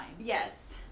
Yes